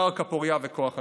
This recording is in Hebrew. קרקע פורייה וכוח אדם.